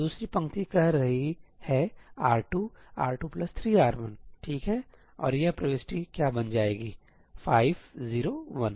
दूसरी पंक्ति कह रही है R2 ← R2 3R1'ठीक है और यह प्रविष्टि क्या बन जाएगी 5 0 1